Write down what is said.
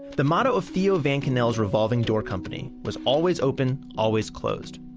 the motto of theo van kannel's revolving door company was always open, always closed.